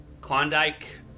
Klondike